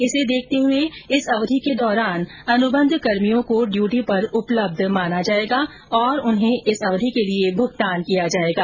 इसे देखते हुए इस अवधि के दौरान अनुबंध कर्मियों को ड्यूटी पर उपलब्ध माना जाएगा और उन्हें इस अवधि के लिए भुगतान किया जाएगा